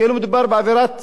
כאילו מדובר בעבירת